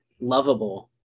lovable